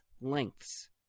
lengths